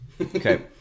Okay